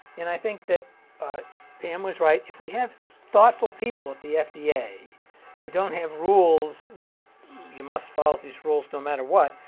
and i think that pam was right. if we have thoughtful people at the fda who don't have rules that you must follow these rules no matter what,